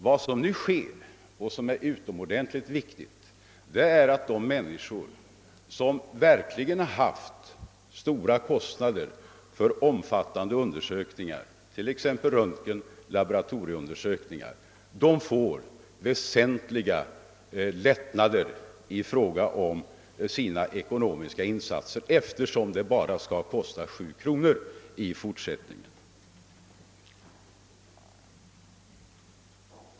Vad som nu sker och vad som är utomordentligt viktigt är att de människor som verkligen haft stora kostnader för omfattande undersökningar — röntgen, laboratorieundersökningar 0. sS.v. — får väsentliga lättnader i fråga om sina ekonomiska insatser, eftersom ett sjukhusbesök i fortsättningen skall kosta bara 7 kronor.